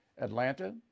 Atlanta